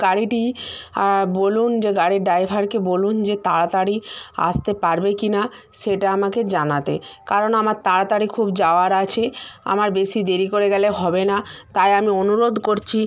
গাড়িটি বলুন যে গাড়ির ড্রাইভারকে বলুন যে তাড়াতাড়ি আসতে পারবে কি না সেটা আমাকে জানাতে কারণ আমার তাড়াতাড়ি খুব যাওয়ার আছে আমার বেশি দেরি করে গেলে হবে না তাই আমি অনুরোধ করছি